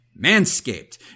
Manscaped